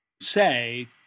say